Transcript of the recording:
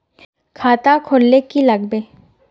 खाता खोल ले की लागबे?